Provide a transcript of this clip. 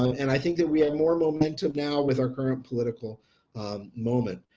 um and i think that we have more momentum now with our current political moment,